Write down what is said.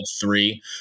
three